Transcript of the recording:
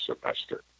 semester